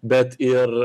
bet ir